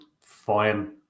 Fine